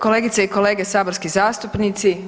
Kolegice i kolege saborski zastupnici.